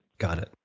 got it.